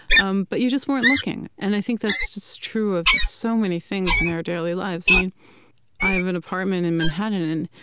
um but you just weren't looking. and i think that's just true of so many things in our daily daily lives. i mean i have an apartment in manhattan,